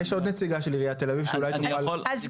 יש עוד נציגה של עיריית תל אביב שאולי תוכל --- כן,